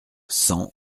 cent